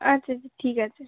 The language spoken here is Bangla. আচ্ছা আচ্ছা ঠিক আছে